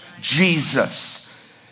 jesus